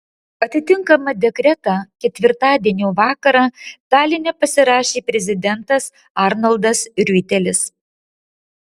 atitinkamą dekretą ketvirtadienio vakarą taline pasirašė prezidentas arnoldas riuitelis